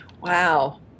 Wow